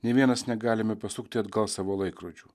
nei vienas negalime pasukti atgal savo laikrodžių